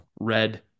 red